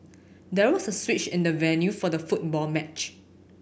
there was a switch in the venue for the football match